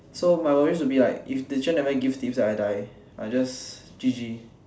so my worries will be like if the teacher never give tips right I die I just G_G